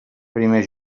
primer